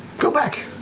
go back,